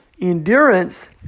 endurance